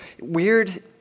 weird